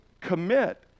commit